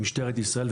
למשטרת ישראל,